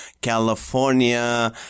California